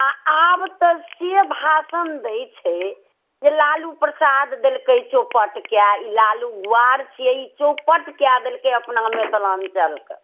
आ आब तऽ से भाषण दै छै जे लालु प्रसाद देलकै चौपट कए ई लालु गुआर छियै ई चौपट कए देलकै अपना मिथिलाञ्चल कऽ